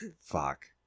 fuck